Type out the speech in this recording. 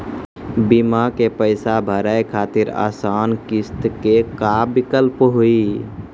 बीमा के पैसा भरे खातिर आसान किस्त के का विकल्प हुई?